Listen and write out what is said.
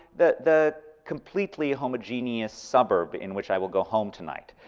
the the completely homogenous suburb in which i will go home tonight.